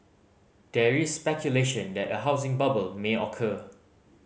there is speculation that a housing bubble may occur